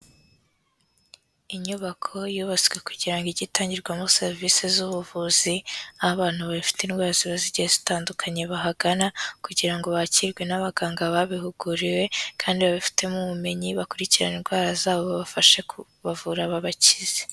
Inyubako yubatswe kugira ngo ijye itangirwamo serivisi z'ubuvuzi, aho abantu bafite indwara ziba zigiye zitandukanye bahagana kugira ngo bakirwe n'abaganga babihuguriwe kandi babifitemo ubumenyi, bakurikirane indwara zabo babafashe kubavura babakize.